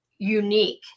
unique